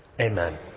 Amen